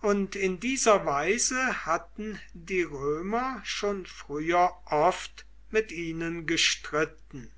und in dieser weise hatten die römer schon früher oft mit ihnen gestritten